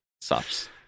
sucks